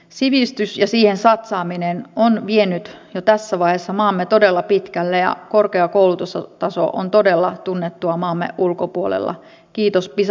sivistys ja siihen satsaaminen on vienyt jo tässä vaiheessa maamme todella pitkälle ja korkea koulutustaso on todella tunnettua maamme ulkopuolella kiitos pisa tutkimustuloksen